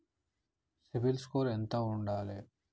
CIBIL score ఎంత ఉండాలే?